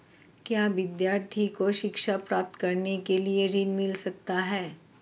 क्या विद्यार्थी को शिक्षा प्राप्त करने के लिए ऋण मिल सकता है?